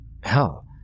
hell